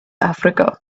africa